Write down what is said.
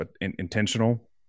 intentional